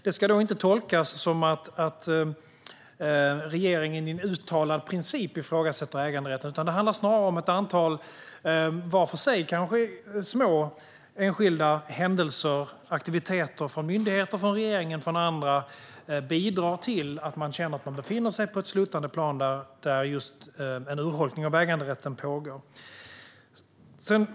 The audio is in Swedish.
Det ska inte tolkas som att regeringen enligt en uttalad princip ifrågasätter äganderätten, utan det handlar snarare om att ett antal var för sig kanske små och enskilda händelser och aktiviteter från myndigheter, regeringen och andra bidrar till att man känner att man befinner sig på ett sluttande plan där en urholkning av äganderätten pågår.